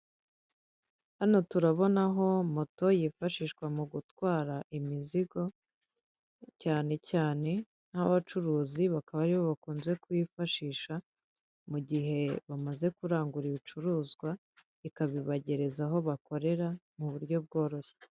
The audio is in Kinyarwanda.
Hano turabonaho moto yifashishwa mugutwara imizigo, cyane cyane nk'abacuruzi bakaba aribo bakunze kuyifashisha mugihe bamaze kurangura ibicuruzwa, ikabibagereza aho bakorera muburyo bworoshye.